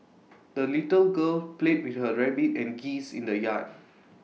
the little girl played with her rabbit and geese in the yard